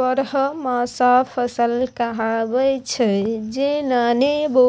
बरहमासा फसल कहाबै छै जेना नेबो